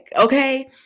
okay